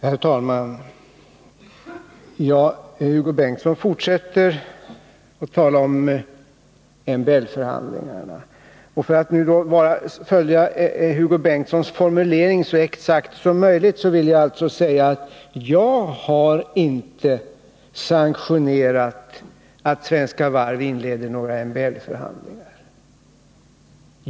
Herr talman! Hugo Bengtsson fortsätter att tala om MBL-förhandlingarna. För att nu följa Hugo Bengtssons formulering så exakt som möjligt, vill jag säga att jag inte har sanktionerat att Svenska Varv inleder MBL förhandlingar.